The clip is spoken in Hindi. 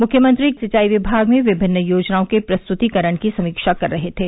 मृख्यमंत्री सिंचाई विभाग में विभिन्न योजनाओं के प्रस्तुतीकरण की समीक्षा कर रहे थे